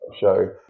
show